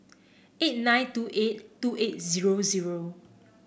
eight nine two eight two eight zero zero